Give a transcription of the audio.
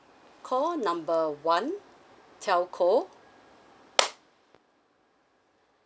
call number one telco